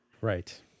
Right